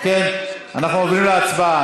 ואם היועץ המשפטי יראה לנכון לקיים את זה שם,